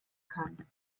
kann